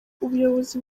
ubuyobozi